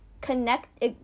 Connect